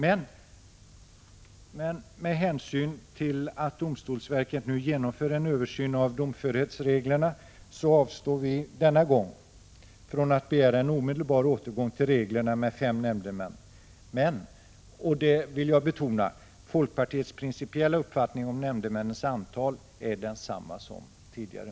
Med hänsyn till att domstolsverket för närvarande genomför en översyn av domförhetsreglerna avstår vi denna gång från att begära en omedelbar ändring av reglerna — dvs. en omedelbar återgång till systemet med fem nämndemän. Jag vill dock betona att folkpartiets principiella uppfattning om antalet nämndemän är densamma som tidigare.